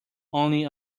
only